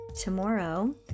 tomorrow